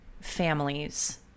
families